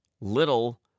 little